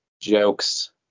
jokes